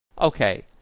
Okay